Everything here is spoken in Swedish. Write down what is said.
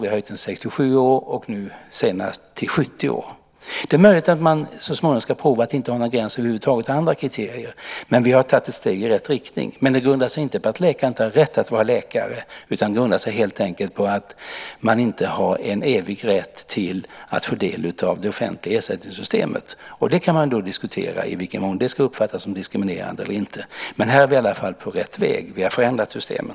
Vi har höjt den till 67 år och nu senast till 70 år. Det är möjligt att man så småningom ska prova att inte ha någon gräns över huvud taget. Vi har tagit ett steg i rätt riktning. Men det grundar sig inte på att läkare inte har rätt att vara läkare, utan det grundar sig helt enkelt på att man inte har en evig rätt att få ta del av det offentliga ersättningssystemet. Det kan ju diskuteras i vilken mån detta ska uppfattas som diskriminerande eller inte. Men här är vi i alla fall på rätt väg. Vi har förändrat systemet.